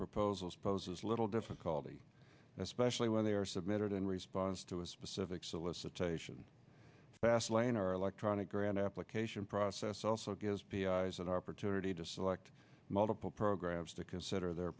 proposals poses little difficulty especially when they are submitted in response to a specific solicitation fast lane or electronic grant application process also gives us an opportunity to select multiple programs to consider their